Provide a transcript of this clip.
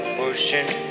pushing